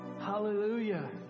hallelujah